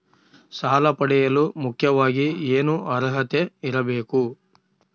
ಸಾಲ ಪಡೆಯಲು ಮುಖ್ಯವಾಗಿ ಏನು ಅರ್ಹತೆ ಇರಬೇಕು?